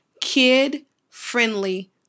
kid-friendly